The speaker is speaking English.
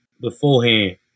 beforehand